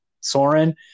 Soren